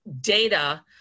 data